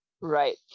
Right